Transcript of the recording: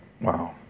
wow